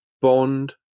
Bond